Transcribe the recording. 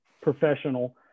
professional